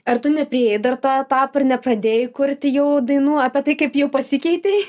ar tu nepriėjai dar to etapo ir nepradėjai kurti jau dainų apie tai kaip jau pasikeitei